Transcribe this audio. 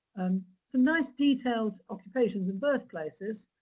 some nice detailed occupations, and birth places,